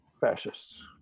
fascists